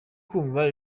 kumva